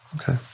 Okay